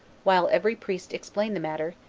while every priest explained the matter,